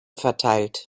verteilt